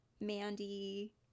Mandy